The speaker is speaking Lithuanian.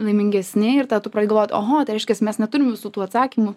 laimingesni ir tada tu pradedi galvot oho tai reiškias mes neturim visų tų atsakymų